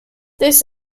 this